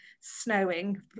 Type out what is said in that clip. snowing